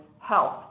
health